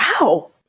Wow